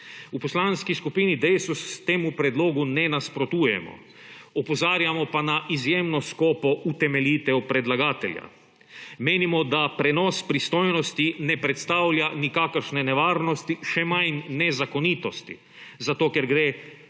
V Poslanski skupini Desus temu predlogu ne nasprotujemo, opozarjamo pa na izjemno skopo utemeljitev predlagatelja, menimo, da prenos pristojnosti ne predstavlja nikakršne nevarnosti, še manj nezakonitosti zato, ker gre za